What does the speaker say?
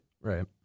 Right